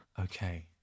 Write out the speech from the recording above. Okay